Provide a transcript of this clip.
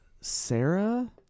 Sarah